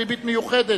ריבית מיוחדת),